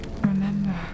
remember